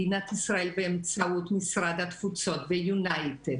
מדינת ישראל באמצעות משרד התפוצות ויונייטד